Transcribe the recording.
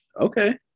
okay